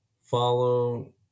follow